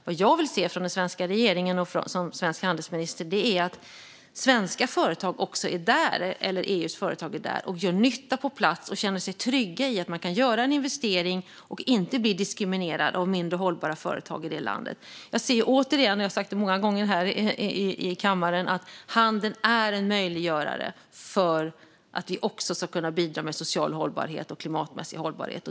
Det jag vill se från den svenska regeringen och som svensk handelsminister är att svenska företag och EU:s företag är där, gör nytta på plats och känner sig trygga i att man kan göra en investering och inte bli diskriminerad av mindre hållbara företag i det landet. Jag har sagt detta många gånger här i kammaren, och jag säger det återigen: Handeln är en möjliggörare för att vi också ska kunna bidra med social och klimatmässig hållbarhet.